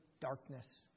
darkness